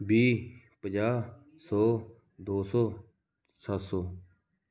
ਵੀਹ ਪੰਜਾਹ ਸੌ ਦੋ ਸੌ ਸੱਤ ਸੌ